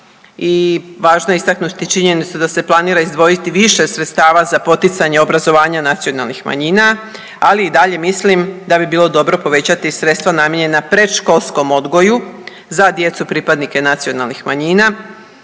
I važno je istaknuti činjenicu da se planira izdvojiti više sredstava za poticanje obrazovanja nacionalnih manjina, ali i dalje mislim da bi bilo dobro povećati sredstva namijenjena predškolskom odgoju za djecu pripadnike nacionalnih manjina